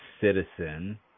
Citizen